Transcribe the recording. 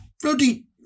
bloody